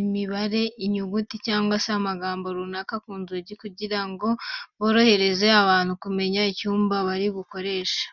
imibare, inyuguti cyangwa se amagambo runaka ku nzugi kugira ngo byorohereze abantu kumenya icyumba bari bukoreshe.